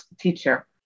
teacher